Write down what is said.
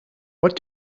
what